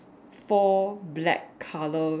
four black colours